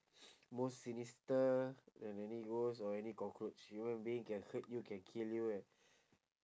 most sinister than any ghost or any cockroach human being can hurt you can kill you eh